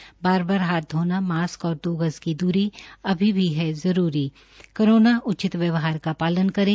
बार बार हाथ धोना मास्क और दो गज की दूरी अभी भी है जरूरी कोरोना उचित व्यवहार का शालन करे